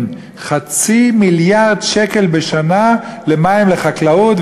חצי מיליארד שקל בשנה מים לחקלאות.